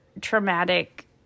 traumatic